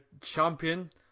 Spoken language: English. champion